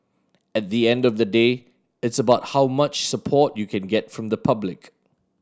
at the end of the day it's about how much support you can get from the public